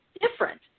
different